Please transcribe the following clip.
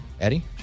Eddie